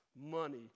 money